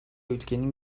ülkenin